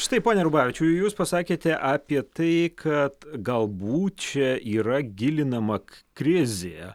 štai pone rubavičiau jūs pasakėte apie tai kad galbūt čia yra gilinama krizė